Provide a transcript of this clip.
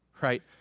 right